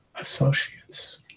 associates